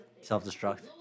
Self-destruct